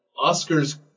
Oscar's